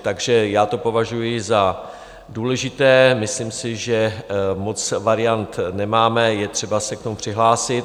Takže já to považuji za důležité, myslím si, že moc variant nemáme, je třeba se k tomu přihlásit.